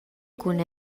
cun